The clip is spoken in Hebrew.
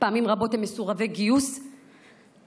פעמים רבות הם מסורבי גיוס לצה"ל.